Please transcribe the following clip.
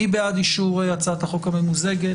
מי בעד אישור הצעת החוק הממוזגת?